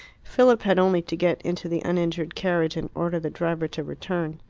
philip had only to get into the uninjured carriage and order the driver to return.